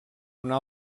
una